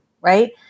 right